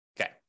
Okay